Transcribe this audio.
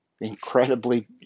incredibly